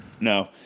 no